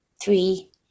three